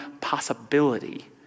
possibility